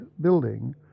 building